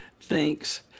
thanks